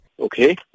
Okay